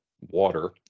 water